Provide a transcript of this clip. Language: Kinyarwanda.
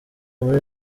muri